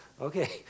Okay